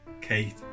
Kate